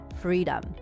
freedom